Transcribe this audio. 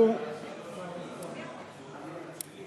(הגבלת התשלום בעד טיפול בתביעה),